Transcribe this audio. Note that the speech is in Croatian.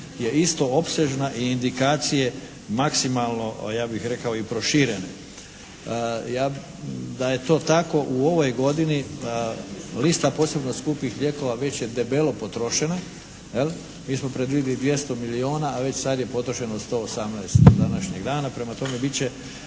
je isto opsežna i indikacije maksimalno ja bih rekao i proširene. Da je to tako u ovoj godini lista posebno skupih lijekova već je debelo potrošena, mi smo predvidjeli 200 mijijona, a već sad je potrošeno 118 do današnjeg dana, prema tome bit će